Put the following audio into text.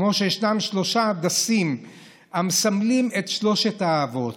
כמו שישנם שלושה הדסים המסמלים את שלושת האבות: